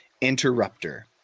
Interrupter